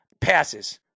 passes